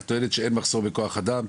את טוענת שאין מחסור בכוח אדם.